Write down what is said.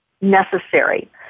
necessary